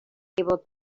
able